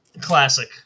Classic